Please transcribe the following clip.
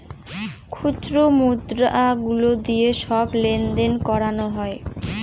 খুচরো মুদ্রা গুলো দিয়ে সব লেনদেন করানো হয়